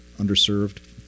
underserved